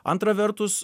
antra vertus